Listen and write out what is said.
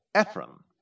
Ephraim